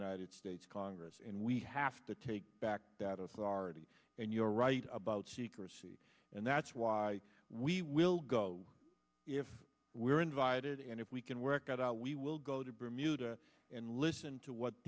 united states congress and we have to take back that of florida and you're right about secrecy and that's why we will go if we are invited and if we can work it out we will go to bermuda and listen to what